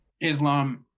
Islam –